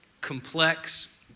complex